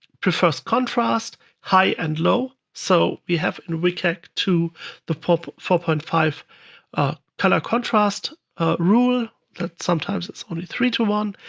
prefers-contrast, high and low. so we have in wcag two the four point five color contrast rule that sometimes it's only three to one.